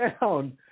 down